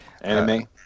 anime